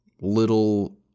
little